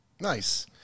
Nice